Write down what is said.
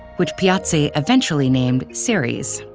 which piazzi eventually named ceres.